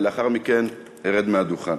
ולאחר מכן ארד מהדוכן.